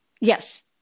Yes